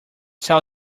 tell